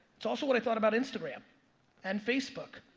it's also what i thought about instagram and facebook.